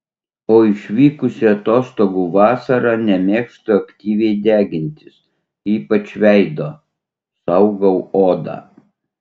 o išvykusi atostogų vasarą nemėgstu aktyviai degintis ypač veido saugau odą